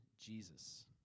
Jesus